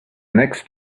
next